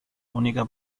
única